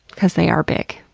because they are big.